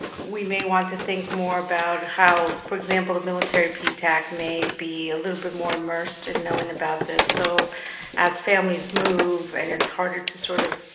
we may want to think more about how, for example, the military ptac may be a little bit more immersed in knowing about this, so as families move and it's harder to sort of,